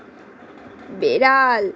বেড়াল